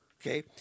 Okay